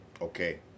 Okay